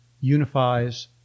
unifies